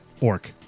orc